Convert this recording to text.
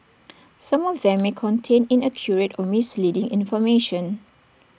some of them may contain inaccurate or misleading information